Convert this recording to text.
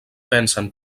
pensen